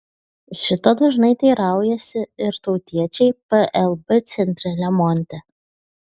šito dažnai teiraujasi ir tautiečiai plb centre lemonte